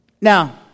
Now